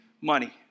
money